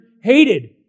hated